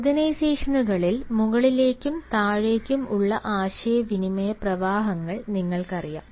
ഓർഗനൈസേഷനുകളിൽ മുകളിലേക്കും താഴേക്കും ഉള്ള ആശയവിനിമയ പ്രവാഹങ്ങൾ നിങ്ങൾക്കറിയാം